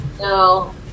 No